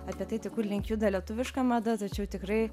apie tai tai kurlink juda lietuviška mada tačiau tikrai